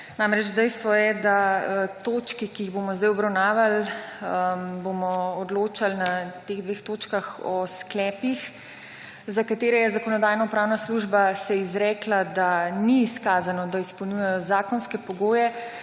Namreč dejstvo je, da točke, ki jih bomo zdaj obravnavali bomo odločali na teh dveh točkah o sklepih za katere je Zakonodajno-pravna služba se izrekla da ni izkazano, da izpolnjujejo zakonske pogoje,